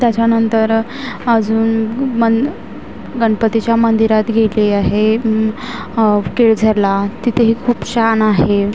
त्याच्यानंतर अजून मन गणपतीच्या मंदिरात गेले आहे केळझरला तिथेही खूप छान आहे